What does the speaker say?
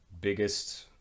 biggest